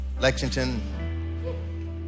Lexington